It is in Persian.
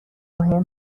مهم